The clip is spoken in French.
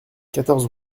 quatorze